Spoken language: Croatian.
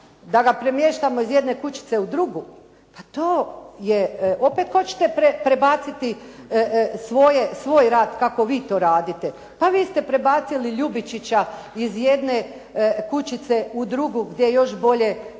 da ga premještamo iz jedne kućice u drugu, pa to je, opet hoćete prebaciti svoj rad kako vi to radite. Pa vi ste prebacili Ljubičica iz jedne kućice u drugu gdje još bolje